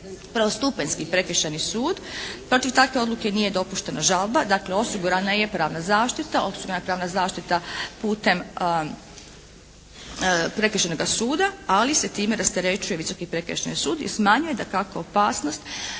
prvostupanjski Prekršajni sud, protiv takve odluke nije dopuštena žalba, dakle osigurana je pravna zaštita, osigurana je pravna zaštita putem Prekršajnoga suda, ali se time rasterećuje Visoki prekršajni sud i smanjuje dakako opasnost